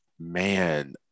Man